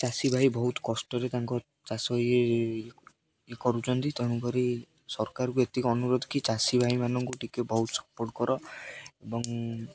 ଚାଷୀ ଭାଇ ବହୁତ କଷ୍ଟରେ ତାଙ୍କ ଚାଷ ଇଏ ଇଏ କରୁଛନ୍ତି ତେଣୁକରି ସରକାରଙ୍କୁ ଏତିକି ଅନୁରୋଧ କି ଚାଷୀ ଭାଇମାନଙ୍କୁ ଟିକେ ବହୁତ ସପୋର୍ଟ କର ଏବଂ